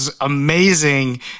amazing